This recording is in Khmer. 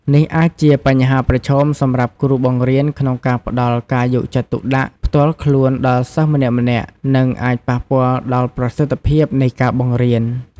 នេះអាចជាបញ្ហាប្រឈមសម្រាប់គ្រូបង្រៀនក្នុងការផ្តល់ការយកចិត្តទុកដាក់ផ្ទាល់ខ្លួនដល់សិស្សម្នាក់ៗ និងអាចប៉ះពាល់ដល់ប្រសិទ្ធភាពនៃការបង្រៀន។